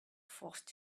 forced